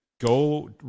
go